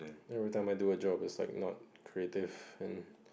you know every time I do a job it's like not creative and